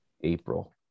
April